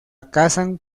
cazan